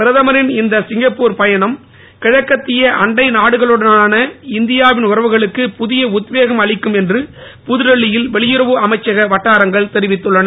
பிரதமரின் இந்த சிங்கப்பூர் பயணம் கிழக்கத்திய அண்டை நாடுகளுடனான இந்தியாவின் உறவுகளுக்கு புதிய உத்வேகம் அளிக்கும் என்று புதுடெல்லியில் வெளியுறவு அமைச்சக வட்டாரங்கள் தெரிவித்துள்ளன